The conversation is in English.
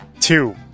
Two